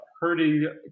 hurting